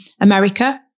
America